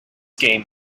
game